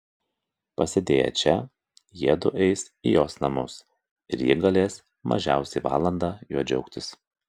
pasėdėję čia jiedu eis į jos namus ir ji galės mažiausiai valandą juo džiaugtis